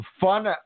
Fun